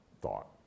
thought